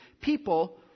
people